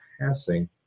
passing